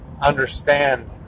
Understand